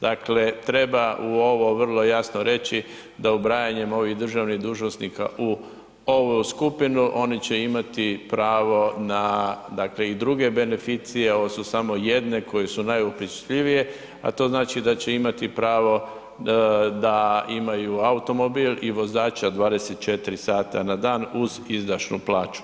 Dakle, treba u ovo vrlo jasno reći da ubrajanjem ovih državnih dužnosnika u ovu skupinu oni će imati prvo na dakle i druge beneficije ovo su samo jedne koje su najupisljivije, a to znači da će imati i pravo da imaju automobil i vozača 24 sata na dan uz idašnu plaću.